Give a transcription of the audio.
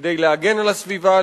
כדי להגן על הסביבה,